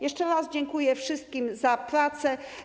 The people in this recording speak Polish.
Jeszcze raz dziękuję wszystkim za pracę.